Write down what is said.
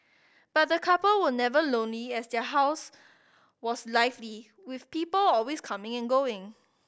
but the couple were never lonely as their house was lively with people always coming and going